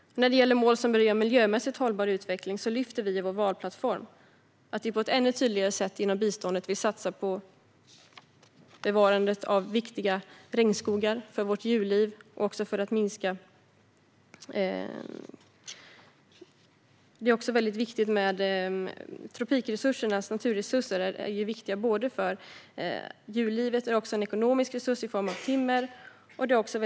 När det gäller de mål som berör en miljömässigt hållbar utveckling lyfter vi i vår valplattform fram att vi på ett ännu tydligare sätt genom biståndet vill satsa på bevarandet av viktiga regnskogar. Tropikskogens naturresurser är viktiga för djurlivet, och skogen är också en ekonomisk resurs i form av timmer.